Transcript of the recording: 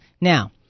Now